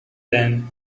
then